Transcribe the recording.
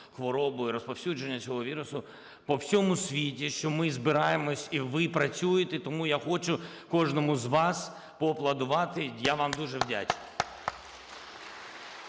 хворобу і розповсюдження цього вірусу по всьому світі, що ми збираємось і ви працюєте. Тому я хочу кожному з вас поаплодувати, я вам дуже вдячний.